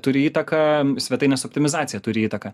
turi įtaką svetainės optimizacija turi įtaką